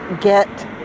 get